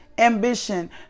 ambition